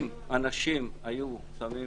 אם אנשים היו עוטים